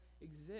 exist